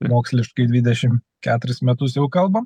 moksliškai dvidešim keturis metus jau kalbam